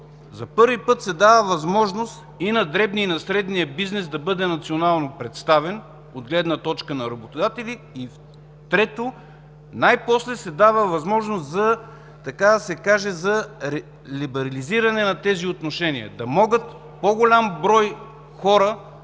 за първи път се дава възможност и на дребния, и на средния бизнес да бъде национално представен от гледна точка на работодатели. И трето, най-после се дава възможност за либерализиране на тези отношения, по-голям брой хора